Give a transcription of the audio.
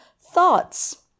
Thoughts